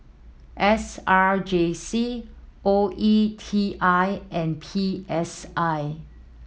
S R J C O E T I and P S I